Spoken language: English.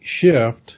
shift